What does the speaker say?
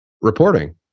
reporting